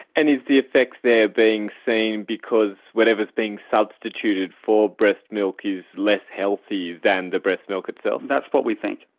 and is the effect there being seen because whatever is being substituted for breast milk is less healthy than the breast milk itself? that's what we think.